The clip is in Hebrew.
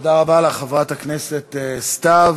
תודה רבה לך, חברת הכנסת סתיו.